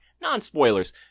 non-spoilers